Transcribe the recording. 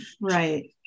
Right